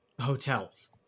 hotels